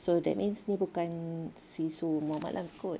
so that means dia bukan si Su Mamat lah kot